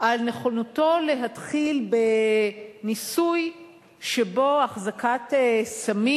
על נכונותו להתחיל בניסוי שבו אחזקת סמים